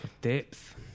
Depth